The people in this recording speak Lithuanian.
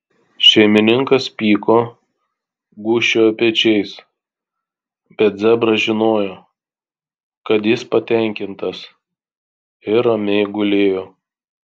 šeimininkas pyko gūžčiojo pečiais bet zebras žinojo kad jis patenkintas ir ramiai gulėjo